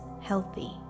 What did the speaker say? healthy